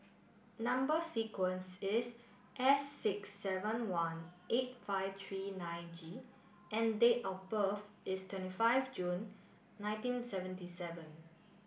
number sequence is S six seven one eight five three nine G and date of birth is twenty five June nineteen seventy seven